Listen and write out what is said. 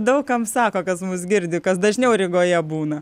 daug kam sako kas mus girdi kas dažniau rygoje būna